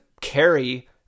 carry